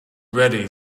ready